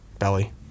Belly